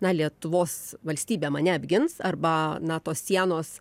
na lietuvos valstybė mane apgins arba na tos sienos